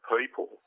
people